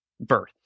birth